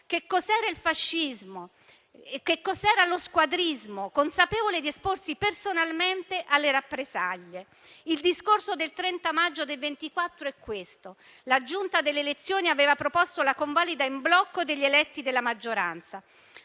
che cos'era il fascismo e che cos'era lo squadrismo, consapevole di esporsi personalmente alle rappresaglie. Il discorso del 30 maggio del 1924 è questo. La Giunta delle elezioni aveva proposto la convalida in blocco degli eletti della maggioranza.